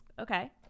Okay